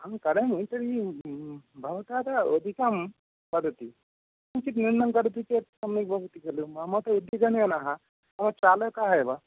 आम् करोमि भवतः तु अधिकं वदति किञ्चित् न्यूनं वदति चेत् सम्यक् भवति खलु मम तु मम चालकः एव